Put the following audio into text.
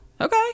Okay